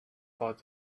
bought